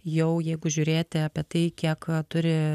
jau jeigu žiūrėti apie tai kiek turi